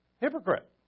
Hypocrite